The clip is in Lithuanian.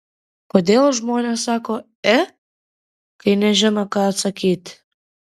kodėl žmonės sako e kai nežino ką atsakyti